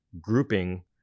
grouping